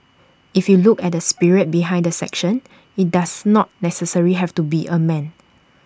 if you look at the spirit behind the section IT does not necessarily have to be A man